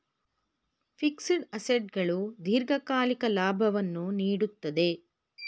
fixed assets ಗಳು ದೀರ್ಘಕಾಲಿಕ ಲಾಭವನ್ನು ನೀಡುತ್ತದೆ